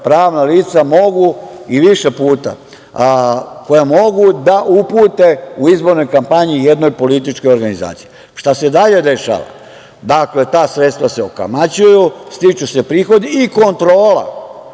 pravna lica mogu, i više puta, da upute u izbornoj kampanji jednoj političkoj organizaciji. Šta se dalje dešava? Dakle, ta sredstva se okamaćuju, stiču se prihodi i kontrola